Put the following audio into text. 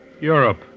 Europe